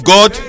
God